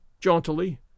jauntily